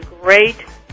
great